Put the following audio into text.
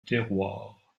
terroir